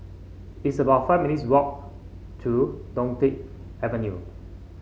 it's about five minutes' walk to Dunkirk Avenue